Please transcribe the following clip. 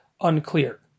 unclear